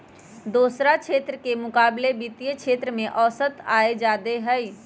दोसरा क्षेत्र के मुकाबिले वित्तीय क्षेत्र में औसत आय जादे हई